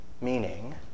Meaning